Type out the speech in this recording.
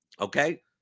okay